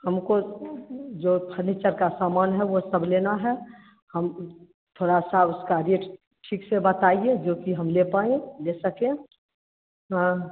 हमको जो फर्नीचर का सामान है वो सब लेना है हम थोड़ा सा उस का रेट ठीक से बताइए जो कि हम ले पाएँ ले सकें हाँ